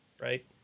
right